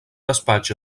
despatx